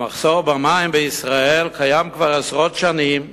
המחסור במים בישראל קיים כבר עשרות שנים.